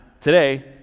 today